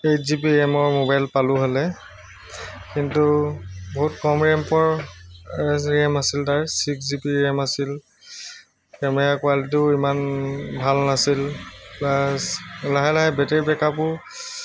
eight G B ৰেমৰ mobile পালোঁ হ'লে কিন্তু বহুত কম ৰেম্পৰ ৰেম আছিল তাৰ ছিক্স জি বি ৰেম আছিল কেমেৰা কুৱালিটীটো ইমান ভাল নাছিল প্লাছ লাহে লাহে বেটেৰী বেকআপো